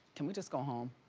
can we just go home?